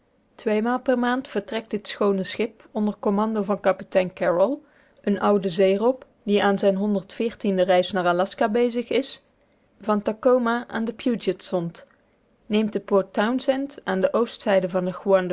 tweemaal per maand vertrekt dit schoone schip onder commando van kapitein caroll een ouden zeerob die aan zijn honderd veertiende reis naar aljaska bezig is van tacoma aan de pugetsont neemt te port townsend aan de oostzijde van de